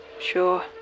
Sure